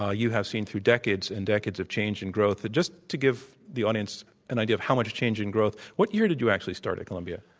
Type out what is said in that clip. ah you have seen through decades and decades of change and growth. and just to give the audience an idea of how much change and growth, what year did you actually start at columbia?